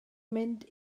mynd